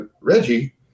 Reggie